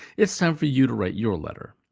it's time for you to write your letter.